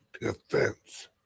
Defense